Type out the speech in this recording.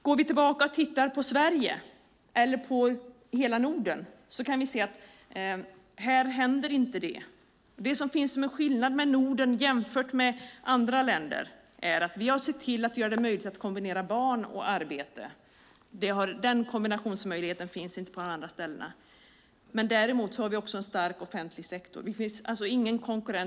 Går vi tillbaka och tittar på Sverige eller på hela Norden kan vi se att det inte händer här. Skillnaden mellan Norden och andra länder är att vi har sett till att göra det möjligt att kombinera barn och arbete. Den kombinationsmöjligheten finns inte på de andra ställena. Däremot har vi också en stark offentlig sektor. Det finns alltså ingen konkurrens.